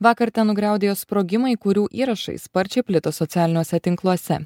vakar ten nugriaudėjo sprogimai kurių įrašai sparčiai plito socialiniuose tinkluose